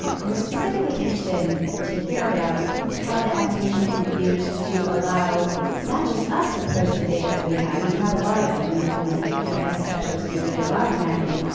and we're specifically interested and to hear about how the application can be used to allow not just us to post the data that we have, and we have a lot of it, and i have my gis ah specialist here. we do a lot of mapping.